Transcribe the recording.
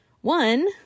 One